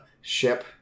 ship